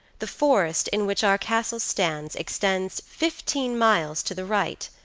the forest in which our castle stands extends fifteen miles to the right,